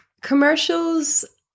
commercials